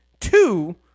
Two